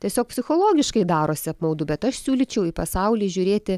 tiesiog psichologiškai darosi apmaudu bet aš siūlyčiau į pasaulį žiūrėti